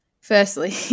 Firstly